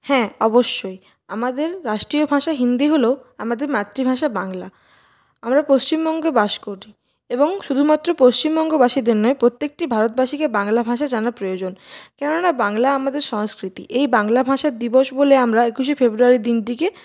হ্যাঁ অবশ্যই আমাদের রাষ্ট্রীয় ভাষা হিন্দি হলেও আমাদের মাতৃভাষা বাংলা আমরা পশ্চিমবঙ্গে বাস করি এবং শুধুমাত্র পশ্চিমবঙ্গবাসীদের নয় প্রত্যেকটি ভারতবাসীকে বাংলা ভাষা জানা প্রয়োজন কেন না বাংলা আমাদের সংস্কৃতি এই বাংলা ভাষা দিবস বলে আমরা একুশে ফেব্রুয়ারি দিনটিকে